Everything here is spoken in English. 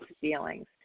feelings